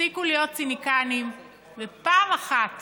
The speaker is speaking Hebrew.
תפסיקו להיות ציניקנים ופעם אחת